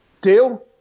Deal